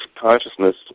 consciousness